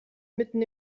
mitten